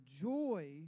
joy